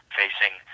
facing